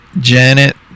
Janet